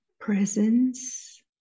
presence